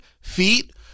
feet